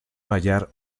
hallar